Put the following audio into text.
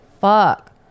Fuck